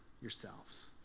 yourselves